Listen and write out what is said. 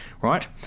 right